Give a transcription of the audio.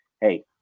hey